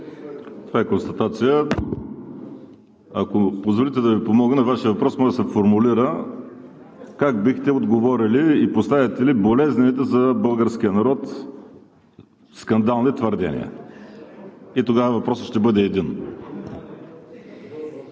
Това е констатация. Ако позволите да Ви помогна. Вашият въпрос може да се формулира: как бихте отговорили и поставяте ли болезнените за българския народ скандални твърдения? И тогава въпросът ще бъде един.